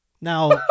now